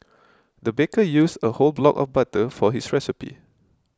the baker used a whole block of butter for his recipe